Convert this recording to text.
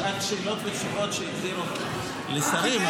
זאת שעת שאלות ותשובות שהחזירו לשרים?